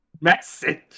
message